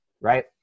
right